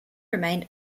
remained